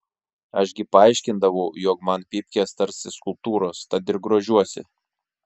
aš gi paaiškindavau jog man pypkės tarsi skulptūros tad ir grožiuosi